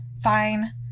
fine